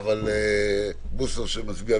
ובוסו.